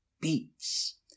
beats